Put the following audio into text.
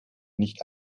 nicht